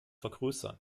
vergrößern